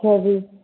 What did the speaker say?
ਅੱਛਾ ਜੀ